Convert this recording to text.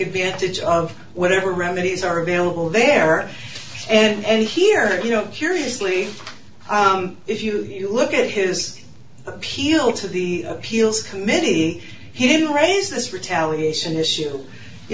advantage of whatever remedies are available there and here you know curiously if you look at his appeal to the appeals committee he didn't raise this retaliation issue you